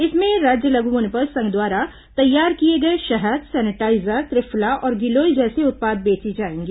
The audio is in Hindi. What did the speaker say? इसमें राज्य लघु वनोपज संघ द्वारा तैयार किए गए शहद सैनिटाईजर त्रिफला और गिलोय जैसे उत्पाद बेचे जाएंगे